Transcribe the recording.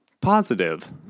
positive